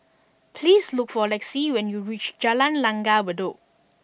please look for Lexi when you reach Jalan Langgar Bedok